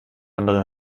andere